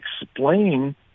explain